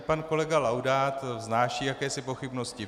Pan kolega Laudát tady vznáší jakési pochybnosti.